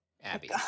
Abby